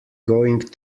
going